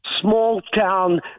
small-town